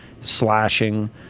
slashing